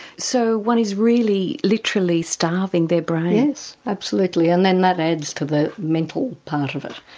so one is really literally starving their brain? yes, absolutely and then that adds to the mental part of it.